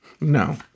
No